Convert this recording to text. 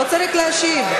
לא צריך להשיב.